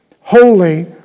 Holy